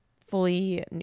fully